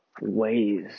ways